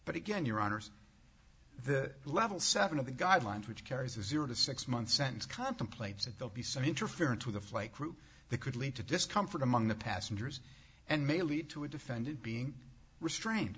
but again your honour's the level seven of the guidelines which carries a zero to six month sentence contemplates that they'll be some interference with a flight crew that could lead to discomfort among the passengers and may lead to a defendant being restrained